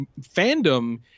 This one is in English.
fandom